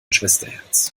schwesterherz